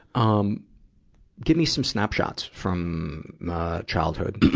um give me some snapshots from, ah, childhood.